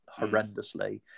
horrendously